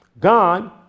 God